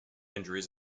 injuries